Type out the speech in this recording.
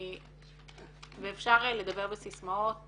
ואפשר לדבר בסיסמאות